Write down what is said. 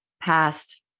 Past